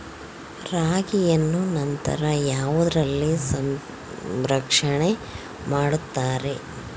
ರಾಗಿಯನ್ನು ನಂತರ ಯಾವುದರಲ್ಲಿ ಸಂರಕ್ಷಣೆ ಮಾಡುತ್ತಾರೆ?